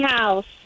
House